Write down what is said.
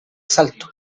asalto